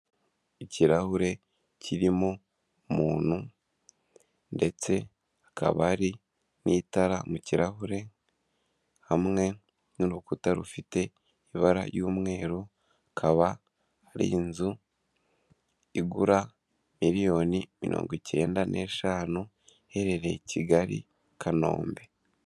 Ikirahure kirimo umuntu ndetse akaba hari n'itara mu kirahure hamwe n'urukuta rufite ibara ry'umweru, akaba ari inzu igura miliyoni mirongo ikenda n'eshanu iherereye i Kigali Kanombe.